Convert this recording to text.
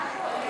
ההצעה להעביר